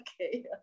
Okay